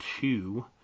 two